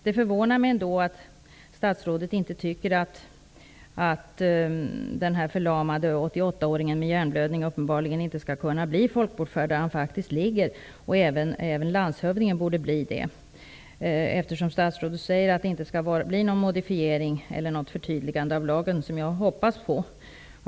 Det förvånar mig ändå att statsrådet inte anser att den förlamade 88-åringen med hjärnblödningen skall kunna bli folkbokförd på den ort där han faktiskt ligger. Även landshövdingen borde bli folkbokförd där hon bor och verkar. Statsrådet säger ju att det inte skall bli någon modifiering eller något förtydligande av lagen, vilket jag hoppas på.